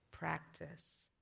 Practice